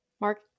Mark